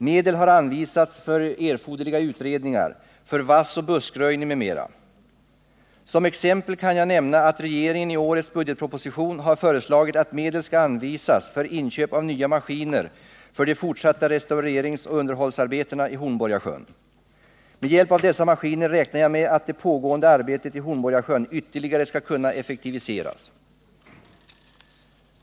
Medel har anvisats för erforderliga utredningar, för vassoch buskröjning m.m. Som exempel kan jag nämna att regeringen i årets budgetproposition har föreslagit att medel skall anvisas för inköp av nya maskiner för de fortsatta restaureringsoch underhållsarbetena i Hornborgasjön. Med hjälp av dessa maskiner räknar jag med att det pågående arbetet i Hornborgasjön ytterligare skall kunna effektiviseras.